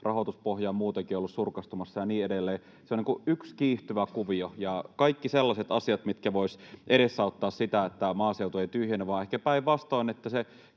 rahoituspohja on muutenkin ollut surkastumassa ja niin edelleen. Se on niin kuin yksi kiihtyvä kuvio, ja kaikki sellaiset asiat, mitkä voisivat edesauttaa sitä, että tämä maaseutu ei tyhjene vaan ehkä päinvastoin, että se